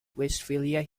westphalia